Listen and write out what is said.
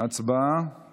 הצבעה על